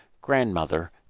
grandmother